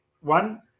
one